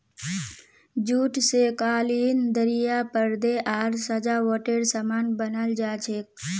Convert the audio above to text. jute स कालीन दरियाँ परदे आर सजावटेर सामान बनाल जा छेक